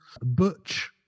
Butch